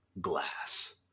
glass